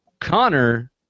Connor